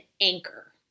anchor